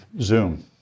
zoom